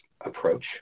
approach